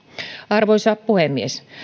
arvoisa puhemies